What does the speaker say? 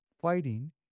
fighting